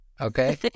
okay